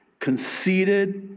conceited,